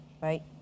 right